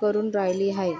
करुन रायली हाये?